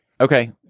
okay